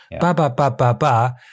Ba-ba-ba-ba-ba